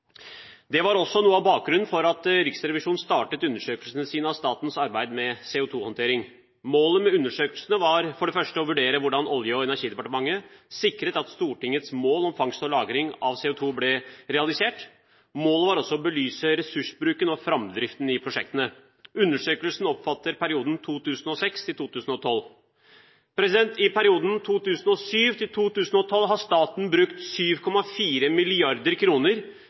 Det var også noe av bakgrunnen for at Riksrevisjonen startet undersøkelsene sine av statens arbeid med CO2-håndtering. Målet med undersøkelsene var for det første å vurdere hvordan Olje- og energidepartementet sikret at Stortingets mål om fangst og lagring av CO2 ble realisert. Målet var også å belyse ressursbruken og framdriften i prosjektene. Undersøkelsen omfatter perioden 2006–2012. I perioden 2007–2012 har staten brukt 7,4